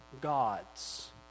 gods